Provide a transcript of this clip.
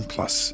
Plus